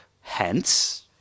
Hence